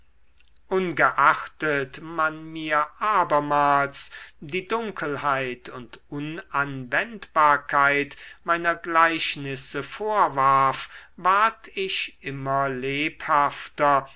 ungeachtet man mir abermals die dunkelheit und unanwendbarkeit meiner gleichnisse vorwarf ward ich immer lebhafter